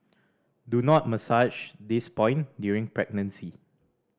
do not massage this point during pregnancy